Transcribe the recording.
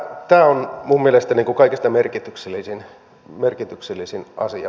tämä on minun mielestäni kaikista merkityksellisin asia